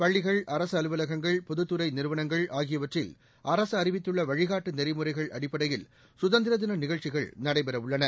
பள்ளிகள் அரசு அலுவலகங்கள் பொதுத்துறை நிறுவனங்கள் ஆகியவற்றில் அரசு அறிவித்துள்ள வழிகாட்டு நெறிமுறைகள் அடிப்படையில் சுதந்திர தின நிகழ்ச்சிகள் நடைபெறவுள்ளன